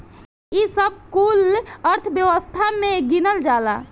ई सब कुल अर्थव्यवस्था मे गिनल जाला